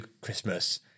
Christmas